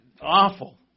awful